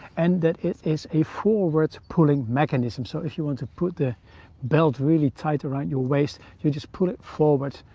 and that it has a forward pulling mechanism. so if you want to put the belt really tight around your waist, you just pull it forward,